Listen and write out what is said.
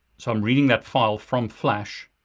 so i'm reading that file from flash.